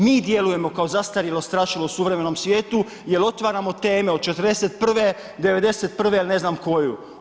Mi djelujemo kao zastarjelo strašilo u suvremenom svijetu jer otvaramo teme od 41., 91. ili ne znam koju.